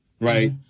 Right